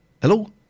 Hello